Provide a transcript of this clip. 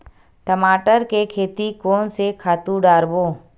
टमाटर के खेती कोन से खातु डारबो?